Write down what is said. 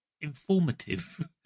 informative